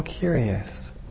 Curious